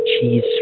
cheese